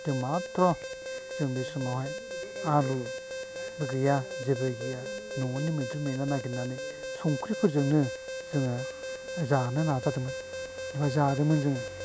जों मात्र बे समावहाय आलुबो गैया जेबो गैया न'आवनो मैद्रु मैला नागिरनानै संख्रि फोरजोंनो जोङो जानो नाजादोंमोन जादोंमोन जों